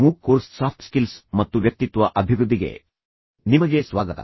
MOOC course soft skills ಮತ್ತು ವ್ಯಕ್ತಿತ್ವ ಅಭಿವೃದ್ದಿಗೆ ನಿಮಗೆ ಮತ್ತೆ ಸ್ವಾಗತ